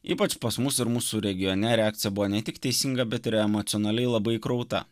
ypač pas mus ir mūsų regione reakcija buvo ne tik teisinga bet ir emocionaliai labai krauta